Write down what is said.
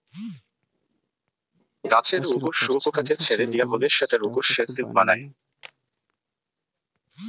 গাছের উপর শুয়োপোকাকে ছেড়ে দিয়া হলে সেটার উপর সে সিল্ক বানায়